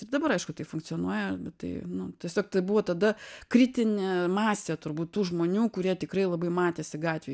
ir dabar aišku tai funkcionuoja tai nu tiesiog tai buvo tada kritinė masė turbūt tų žmonių kurie tikrai labai matėsi gatvėj